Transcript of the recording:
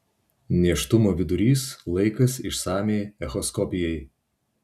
nėštumo vidurys laikas išsamiai echoskopijai